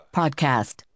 podcast